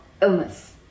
illness